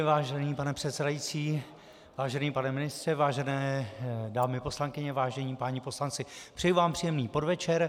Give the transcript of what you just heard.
Vážený pane předsedající, vážený pane ministře, vážené dámy poslankyně, vážení páni poslanci, přeji vám příjemný podvečer.